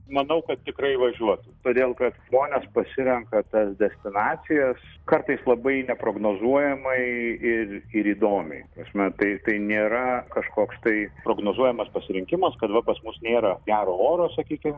manau kad tikrai važiuotų todėl kad žmonės pasirenka tas destinacijas kartais labai neprognozuojamai ir ir įdomiai ta prasme tai tai nėra kažkoks tai prognozuojamas pasirinkimas kad va pas mus nėra gero oro sakykim